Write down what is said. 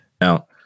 Now